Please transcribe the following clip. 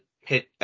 hit